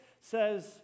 says